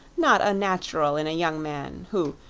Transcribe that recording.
not unnatural in a young man, who,